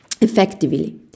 Effectively